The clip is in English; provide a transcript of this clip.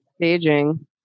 staging